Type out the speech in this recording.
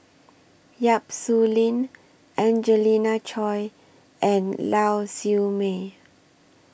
Yap Su Lin Angelina Choy and Lau Siew Mei